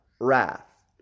wrath